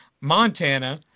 Montana